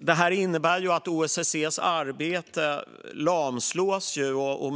Det här innebär att OSSE:s arbete lamslås.